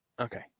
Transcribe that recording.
Okay